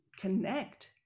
connect